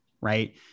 Right